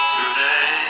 today